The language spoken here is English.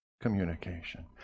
communication